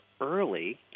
early